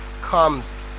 comes